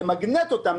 למגנט אותם,